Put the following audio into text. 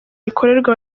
rikorerwa